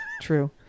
True